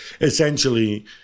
essentially